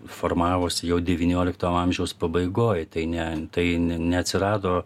formavosi jau devyniolikto amžiaus pabaigoj tai ne tai ne neatsirado